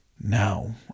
Now